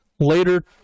later